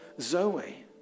zoe